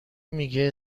میگه